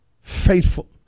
faithful